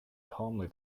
calmly